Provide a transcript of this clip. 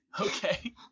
Okay